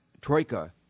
Troika